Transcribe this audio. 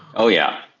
oh yeah,